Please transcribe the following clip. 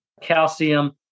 calcium